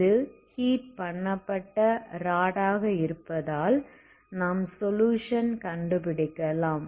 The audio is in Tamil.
இது ஹீட் பண்ணப்பட்ட ராட் ஆக இருப்பதால் நாம் சொலுயுஷன் கண்டுபிடிக்கலாம்